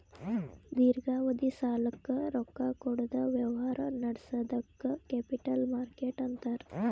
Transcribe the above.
ದೀರ್ಘಾವಧಿ ಸಾಲಕ್ಕ್ ರೊಕ್ಕಾ ಕೊಡದ್ ವ್ಯವಹಾರ್ ನಡ್ಸದಕ್ಕ್ ಕ್ಯಾಪಿಟಲ್ ಮಾರ್ಕೆಟ್ ಅಂತಾರ್